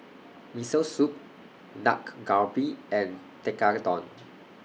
Miso Soup Dak Galbi and Tekkadon